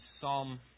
Psalm